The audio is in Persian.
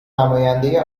نماینده